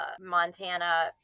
Montana